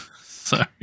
Sorry